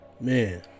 man